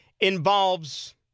involves